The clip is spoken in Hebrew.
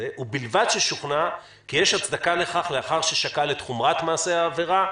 ובלבד ששוכנע כי יש הצדקה לכך לאחר ששקל את חומרת מעשה העבירה,